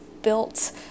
built